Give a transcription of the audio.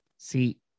See